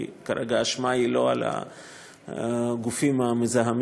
כי כרגע האשמה היא לא על הגופים המזהמים,